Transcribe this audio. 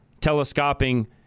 telescoping